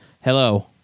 Hello